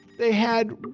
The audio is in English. they had,